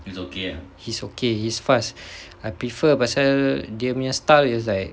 he's okay he's fast I prefer pasal dia nya dia nya style is like